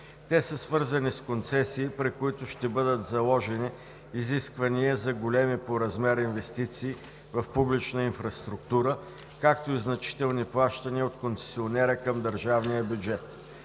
Те са свързани с концесии, при които ще бъдат заложени изисквания за големи по размер инвестиции в публична инфраструктура, както и значителни плащания от концесионера към държавния бюджет.